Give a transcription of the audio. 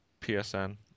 PSN